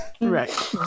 Right